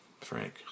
frank